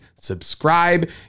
Subscribe